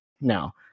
now